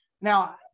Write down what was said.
Now